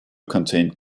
contained